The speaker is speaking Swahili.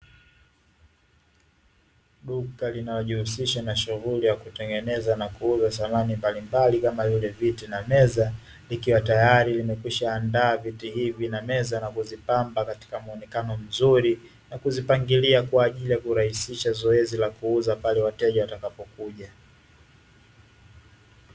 Duka linalojihusisha na kuuza dhamani kama vile viti na meza na kuzipangilia vizuri ili kurahisisha zoezi la uuzaji pale wateja watakapo kuja